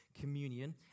communion